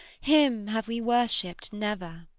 him have we worshipped never!